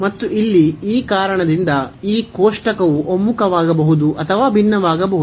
ಮತ್ತು ಇಲ್ಲಿ ಈ ಕಾರಣದಿಂದ ಈ ಕೋಷ್ಟಕವು ಒಮ್ಮುಖವಾಗಬಹುದು ಅಥವಾ ಭಿನ್ನವಾಗಬಹುದು